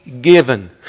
given